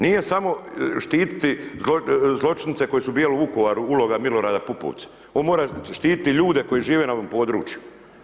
Nije samo štiti zločince koji su bili u Vukovaru uloga Milorada Pupovca, on mora štiti ljude koji žive na ovom području.